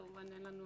כמובן אין לנו